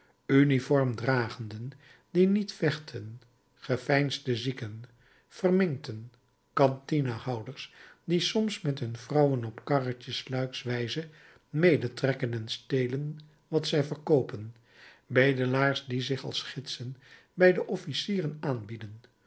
uniform dragenden die niet vechten geveinsde zieken verminkten cantine houders die soms met hun vrouwen op karretjes sluikswijze medetrekken en stelen wat zij verkoopen bedelaars die zich als gidsen bij de officieren aanbieden